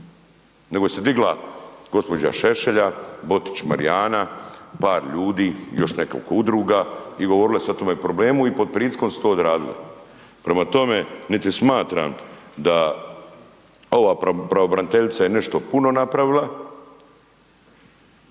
nego se digla gđa. Šešelja, Botić Marijana, par ljudi, još nekoliko udruga i govorile su o tom problemu i pod pritiskom su to odradili. Prema tome, niti smatram da ova pravobraniteljica je nešto puno napravila,